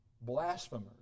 blasphemers